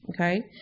okay